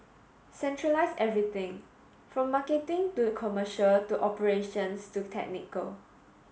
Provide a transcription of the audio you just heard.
centralise everything from marketing to commercial to operations to technical